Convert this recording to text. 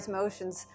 motions